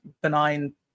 benign